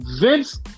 Vince